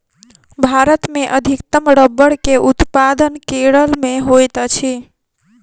भारत मे अधिकतम रबड़ के उत्पादन केरल मे होइत अछि